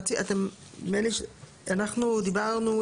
אנחנו דיברנו,